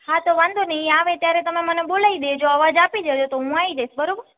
હા તો વાંધો નહીં ઈ આવે ત્યારે તમે મને બોલાઈ દેજો અવાજ આપી દેજો તો હું આઈ જઈશ બરોબર